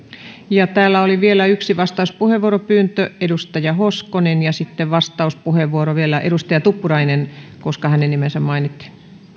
tehdään täällä oli vielä yksi vastauspuheenvuoropyyntö edustaja hoskonen ja sitten vastauspuheenvuoro vielä edustaja tuppurainen koska hänen nimensä mainittiin